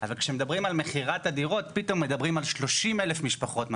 אבל כשמדברים על מכירת הדירות פתאום מדברים על 30,000 משפחות ממתינות.